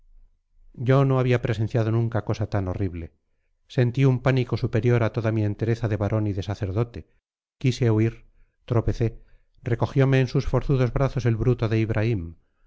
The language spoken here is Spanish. yo no había presenciado nunca cosa tan horrible sentí un pánico superior a toda mi entereza de varón y de sacerdote quise huir tropecé recogiome en sus forzudos brazos el bruto de ibraim